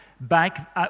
back